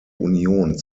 union